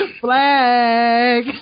Flag